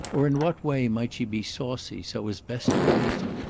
or in what way might she be saucy so as best to please him?